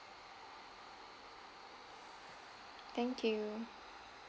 thank you